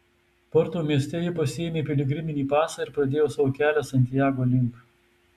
porto mieste ji pasiėmė piligriminį pasą ir pradėjo savo kelią santiago link